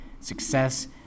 success